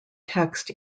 text